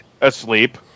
asleep